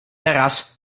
teraz